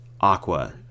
Aqua